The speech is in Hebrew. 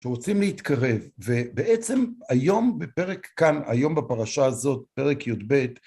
שרוצים להתקרב, ובעצם היום בפרק כאן, היום בפרשה הזאת, פרק י"ב,